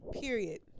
period